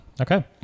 Okay